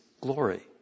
glory